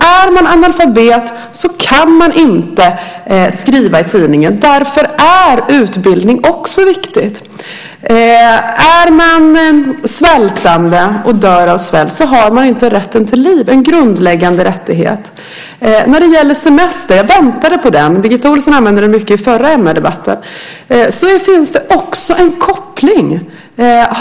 Är man analfabet så kan man inte skriva i tidningen. Därför är utbildning också viktigt. Är man svältande och dör av svält så har man inte rätten till liv - en grundläggande rättighet. När det gäller frågan om semester väntade jag på att den skulle komma upp. Birgitta Ohlsson talade mycket om den i den förra MR-debatten. Också där finns en koppling.